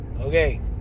okay